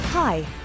Hi